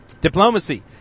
Diplomacy